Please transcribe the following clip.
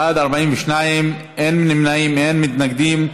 בעד, 42, אין נמנעים, אין מתנגדים.